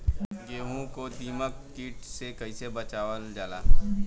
गेहूँ को दिमक किट से कइसे बचावल जाला?